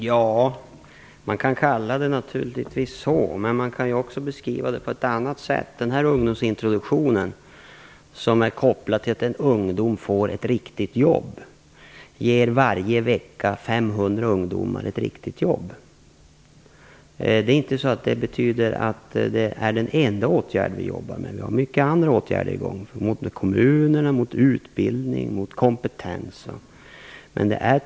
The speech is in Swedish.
Fru talman! Man kan naturligtvis kalla det så, men man kan också beskriva det på ett annat sätt. Den här ungdomsintroduktionen som innebär att en ungdom får ett riktigt jobb, ger varje vecka 500 ungdomar att riktigt jobb. Det betyder inte att det är den enda åtgärd som vi arbetar med. Vi har många andra åtgärder på gång som gäller kommunerna, utbildning och kompetens.